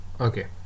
okay